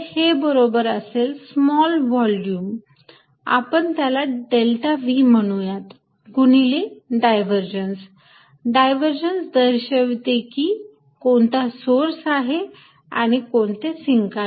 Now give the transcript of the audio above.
हे बरोबर असेल स्मॉल व्हॉल्युम आपण त्याला डेल्टा v म्हणूयात गुणिले डायव्हर्जन्स डायव्हर्जन्स दर्शवते की कोणता सोर्स आहे आणि कोणते सिंक आहे